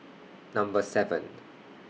Number seven